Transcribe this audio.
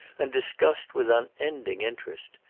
and discussed with unending interest.